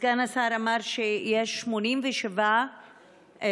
סגן השר אמר שיש 87 שנתגלו,